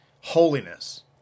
holiness